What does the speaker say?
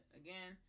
again